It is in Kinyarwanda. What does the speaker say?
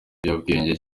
ibiyobyabwenge